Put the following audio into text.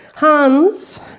Hans